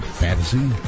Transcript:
fantasy